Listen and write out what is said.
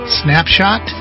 snapshot